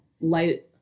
light